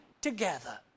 together